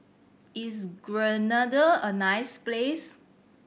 is Grenada a nice place